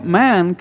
man